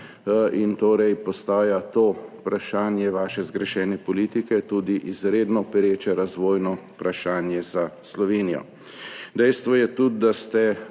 in postaja torej to vprašanje vaše zgrešene politike tudi izredno pereče razvojno vprašanje za Slovenijo. Dejstvo je tudi, da ste